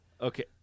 Okay